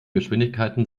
geschwindigkeiten